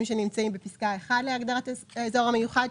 שנמצאים בפסקה (1) להגדרת אזור המיוחד,